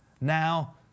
Now